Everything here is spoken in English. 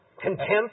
Contempt